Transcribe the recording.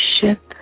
ship